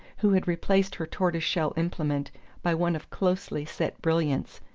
who had replaced her tortoise-shell implement by one of closely-set brilliants,